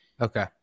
Okay